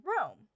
rome